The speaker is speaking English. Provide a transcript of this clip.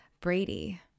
Brady